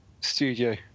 studio